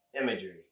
imagery